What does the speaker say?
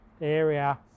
area